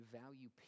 value